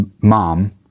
mom